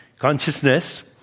Consciousness